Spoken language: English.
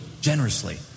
generously